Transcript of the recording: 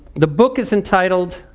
the book is entitled,